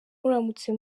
muramutse